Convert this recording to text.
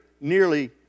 nearly